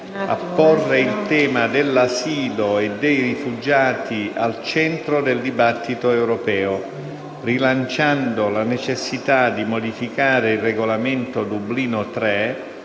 a porre il tema dell'asilo e dei rifugiati al centro del dibattito europeo, rilanciando la necessità di abolire il regolamento Dublino